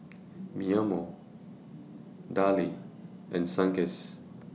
Mimeo Darlie and Sunkist